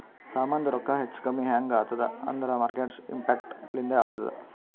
ಸಾಮಾಂದು ರೊಕ್ಕಾ ಹೆಚ್ಚಾ ಕಮ್ಮಿ ಹ್ಯಾಂಗ್ ಆತ್ತುದ್ ಅಂದೂರ್ ಮಾರ್ಕೆಟ್ ಇಂಪ್ಯಾಕ್ಟ್ ಲಿಂದೆ ಆತ್ತುದ